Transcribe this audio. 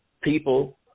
people